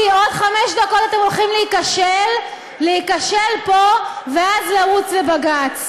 כי עוד חמש דקות אתם הולכים להיכשל פה ואז לרוץ לבג"ץ.